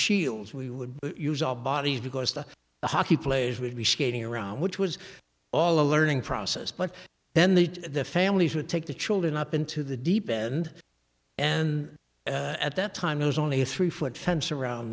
shields we would use our bodies because the hockey players would be skating around which was all a learning process but then the the families would take the children up into the deep end and at that time it was only a three foot fence around